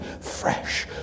fresh